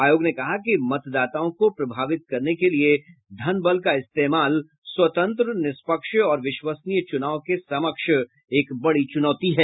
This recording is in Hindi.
आयोग ने कहा कि मतदाताओं को प्रभावित करने के लिए धन बल का इस्तेमाल स्वतंत्र निष्पक्ष और विश्वसनीय चुनाव के समक्ष एक बड़ी चुनौती है